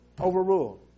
overruled